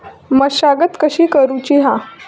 मशागत कशी करूची हा?